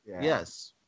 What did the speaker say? yes